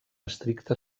estricte